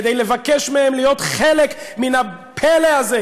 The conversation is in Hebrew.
כדי לבקש מהם להיות חלק מן הפלא הזה,